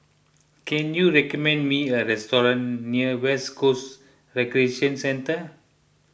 can you recommend me a restaurant near West Coast Recreation Centre